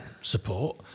Support